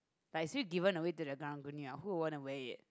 like it's already given away to the karang-guni ah who would want to wear it